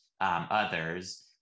others